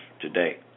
today